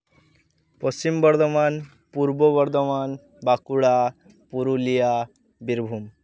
Paschim Bardhaman Purba Bardhaman Bankura Purulia Birbhum